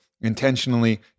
intentionally